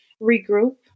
regroup